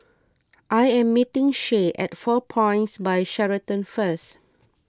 I am meeting Shay at four Points By Sheraton first